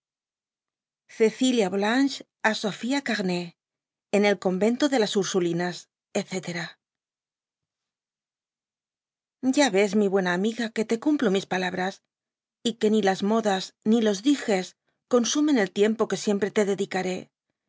cecilia volanges á sofía camay en el eori vento de ursulinas eíc x a tés mi l iiena amigaqne te cumplo mis palabras y que ni las modas ni los diges consumen el tiempo que siempre te dedicaré